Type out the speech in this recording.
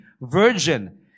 virgin